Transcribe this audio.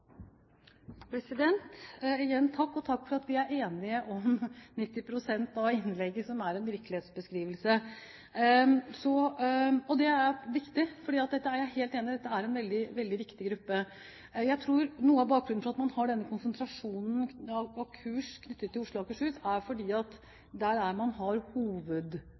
Igjen takk, og takk for at vi er enige om 90 pst. av innlegget mitt, som er en virkelighetsbeskrivelse. Og det er viktig, for jeg er helt enig i at dette er en veldig viktig gruppe. Jeg tror at noe av bakgrunnen for at man har den konsentrasjonen av kurs knyttet til Oslo og Akershus, er at det er der man har